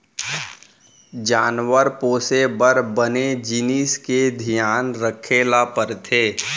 जानवर पोसे बर बने जिनिस के धियान रखे ल परथे